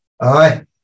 Aye